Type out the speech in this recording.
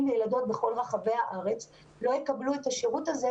וילדות בכל רחבי הארץ לא יקבלו את השירות הזה,